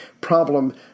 problem